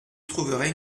trouverait